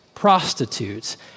prostitutes